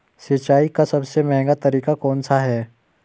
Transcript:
सिंचाई का सबसे महंगा तरीका कौन सा है?